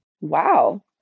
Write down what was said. Wow